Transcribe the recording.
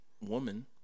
woman